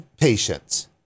patients